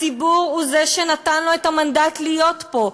הציבור הוא שנתן לו את המנדט להיות פה,